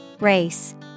Race